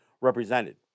represented